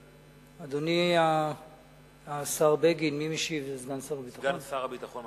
אדוני השר בגין, מי משיב, סגן שר הביטחון?